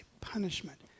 punishment